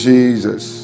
Jesus